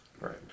Right